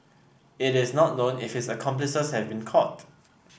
it is not known if his accomplices have been caught